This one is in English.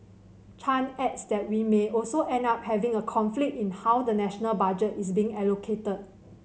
Chan adds that we may also end up having a conflict in how the national budget is being allocated